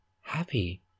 happy